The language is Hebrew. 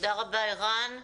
תודה רבה, ערן.